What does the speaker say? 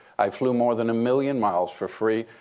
i flew more than a million miles for free,